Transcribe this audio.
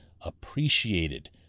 appreciated